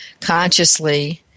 consciously